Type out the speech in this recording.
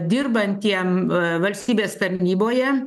dirbantiem valstybės tarnyboje